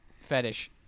fetish